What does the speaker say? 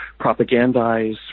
propagandize